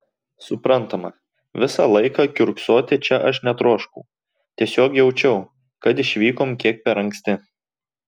suprantama visą laiką kiurksoti čia aš netroškau tiesiog jaučiau kad išvykom kiek per anksti